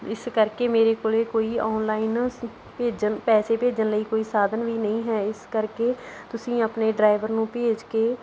ਇਸ ਕਰਕੇ ਮੇਰੇ ਕੋਲ ਕੋਈ ਓਨਲਾਈਨ ਸ ਭੇਜਣ ਪੈਸੇ ਭੇਜਣ ਲਈ ਕੋਈ ਸਾਧਨ ਵੀ ਨਹੀਂ ਹੈ ਇਸ ਕਰਕੇ ਤੁਸੀਂ ਆਪਣੇ ਡਰਾਇਵਰ ਨੁੂੰ ਭੇਜ ਕੇ